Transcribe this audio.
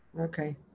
Okay